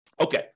Okay